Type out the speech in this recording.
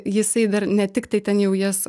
jisai dar ne tiktai ten jau jas